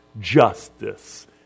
justice